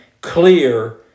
clear